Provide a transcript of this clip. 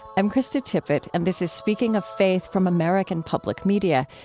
i'm krista tippett, and this is speaking of faith from american public media.